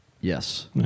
Yes